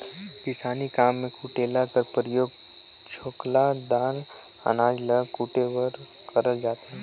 किसानी काम मे कुटेला कर परियोग छोकला दार अनाज ल कुटे बर करल जाथे